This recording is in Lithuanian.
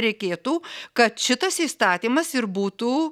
reikėtų kad šitas įstatymas ir būtų